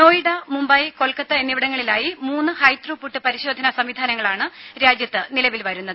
നോയിഡ മുംബൈ കൊൽക്കത്ത എന്നിവിടങ്ങളിലായി മൂന്ന് high throughput പരിശോധനാ സംവിധാനങ്ങളാണ് രാജ്യത്ത് നിലവിൽ വരുന്നത്